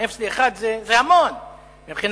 מאפס לאחד זה המון מבחינת,